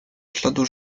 śladu